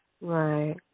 Right